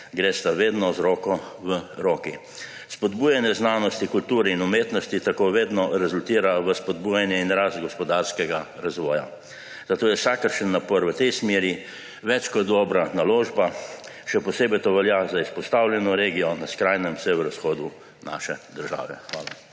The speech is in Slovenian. gresta vedno z roko v roki. Spodbujanje znanosti, kulture in umetnosti tako vedno rezultira v spodbujanje in rast gospodarskega razvoja. Zato je vsakršen napor v tej smeri več kot dobra naložba, še posebej to velja za izpostavljeno regijo na skrajnem severovzhodu naše države. Hvala.